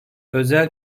özel